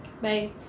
Bye